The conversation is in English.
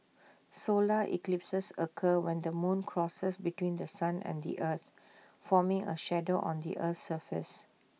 solar eclipses occur when the moon crosses between The Sun and the earth forming A shadow on the Earth's surface